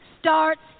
starts